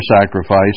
sacrifice